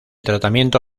tratamiento